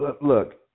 look